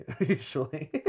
usually